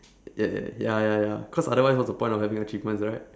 ya ya ya ya ya cause otherwise what's the point of having achievements right